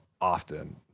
often